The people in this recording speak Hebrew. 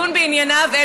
לדון בענייניו,